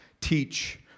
teach